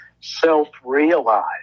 self-realized